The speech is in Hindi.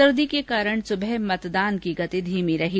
सर्दी के कारण सुबह मतदान की गति धीमी रही